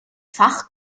fach